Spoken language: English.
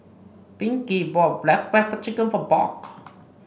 Pinkney bought Black Pepper Chicken for Buck